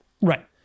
Right